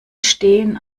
stehen